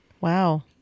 Wow